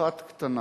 אחת קטנה: